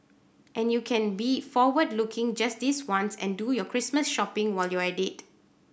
and you can be forward looking just this once and do your Christmas shopping while you're at it